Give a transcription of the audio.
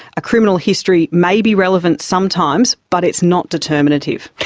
a criminal history may be relevant sometimes but it's not determinative.